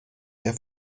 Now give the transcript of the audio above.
der